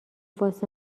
واسه